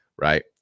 right